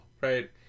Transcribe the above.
right